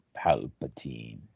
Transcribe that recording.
Palpatine